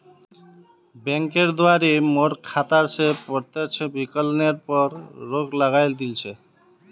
बैंकेर द्वारे मोर खाता स प्रत्यक्ष विकलनेर पर रोक लगइ दिल छ